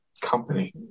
Company